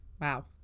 Wow